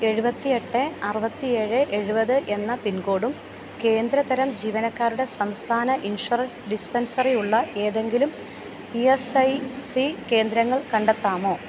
എഴുപത്തി എട്ട് അറുപത്തി ഏഴ് എഴുപത് എന്ന പിൻകോഡും കേന്ദ്രതരം ജീവനക്കാരുടെ സംസ്ഥാന ഇൻഷുറൻസ് ഡിസ്പെൻസറി ഉള്ള ഏതെങ്കിലും ഇ എസ് ഐ സി കേന്ദ്രങ്ങൾ കണ്ടെത്താമോ